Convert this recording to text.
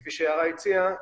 כפי שיערה הציעה,